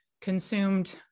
consumed